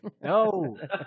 No